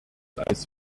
eis